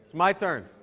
my turn.